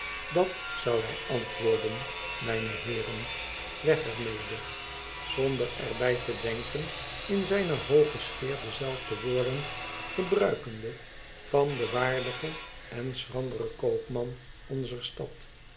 dat zou hij antwoorden mijne heeren tweg er mede zonder er bij te denken in zijne hooge sfeer dezelfde woorden gebruikende van den waardigen en schranderen koopman onzer stad